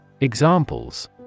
Examples